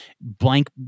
blank